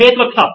face workshop